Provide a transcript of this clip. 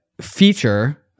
feature